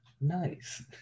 nice